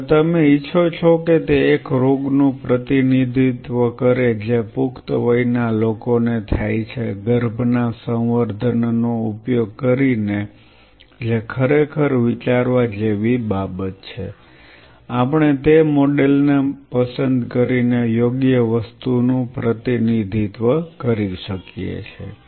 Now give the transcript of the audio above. હવે તમે ઇચ્છો છો કે તે એક રોગનું પ્રતિનિધિત્વ કરે જે પુખ્ત વયના લોકોને થાય છે ગર્ભ ના સંવર્ધનનો ઉપયોગ કરીને જે ખરેખર વિચારવા જેવી બાબત છે આપણે તે મોડેલને પસંદ કરીને યોગ્ય વસ્તુ નું પ્રતિનિધિત્વ કરીએ છીએ